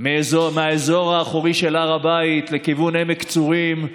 מהאזור האחורי של הר הבית לכיוון של עמק צורים,